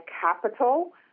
capital